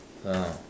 ya